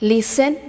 Listen